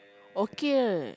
okay